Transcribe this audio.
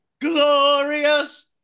Glorious